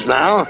now